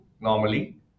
normally